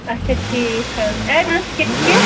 اَچھا ٹھیٖک ایٚڈرَس کیٛاہ چھُ